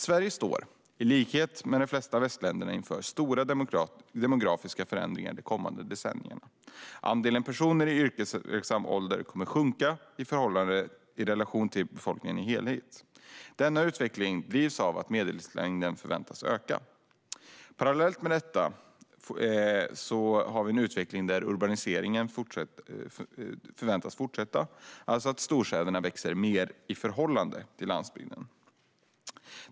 Sverige står, i likhet med de flesta västländer, inför stora demografiska förändringar de kommande decennierna. Andelen personer i yrkesverksam ålder kommer att sjunka i relation till befolkningen som helhet. Denna utveckling drivs av att medellivslängden förväntas öka. Parallellt med detta förväntas urbaniseringen fortsätta. Storstäderna växer alltså mer i förhållande till landsbygden.